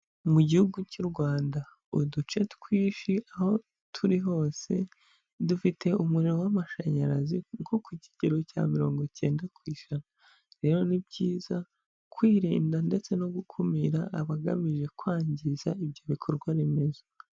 Mu gihugu cy'u Rwanda uduce twinshi aho turi hose dufite umuriro w'amashanyarazi nko ku kigero cya mirongo icyenda ku ijana, rero ni byiza kwirinda ndetse no gukumira abagamije kwangiza ibyo bikorwa remezo.